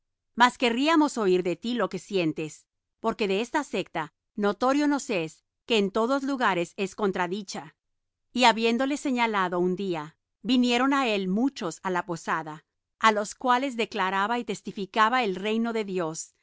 mas querríamos oir de ti lo que sientes porque de esta secta notorio nos es que en todos lugares es contradicha y habiéndole señalado un día vinieron á él muchos á la posada á los cuales declaraba y testificaba el reino de dios persuadiéndoles lo